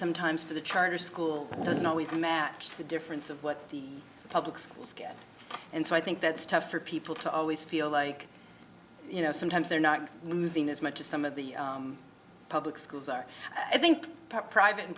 sometimes for the charter school doesn't always match the difference of what the public schools get and so i think that's tough for people to always feel like you know sometimes they're not losing as much as some of the public schools are i think private